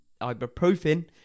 ibuprofen